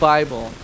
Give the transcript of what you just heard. Bible